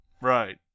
Right